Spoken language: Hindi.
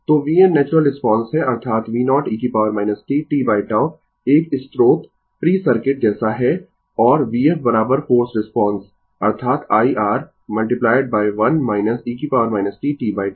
तो vn नेचुरल रिस्पांस है अर्थात v0e t tτ एक स्रोत प्री सर्किट जैसा है और vf फोर्स्ड रिस्पांस अर्थात I R 1 e t t τ